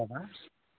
आ